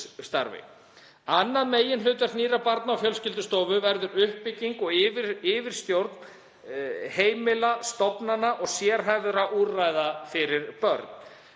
Annað meginhlutverk nýrrar Barna- og fjölskyldustofu verður uppbygging og yfirstjórn heimila, stofnana og sérhæfðra úrræða fyrir börn.